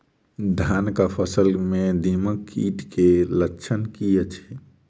धानक फसल मे दीमक कीट केँ लक्षण की अछि?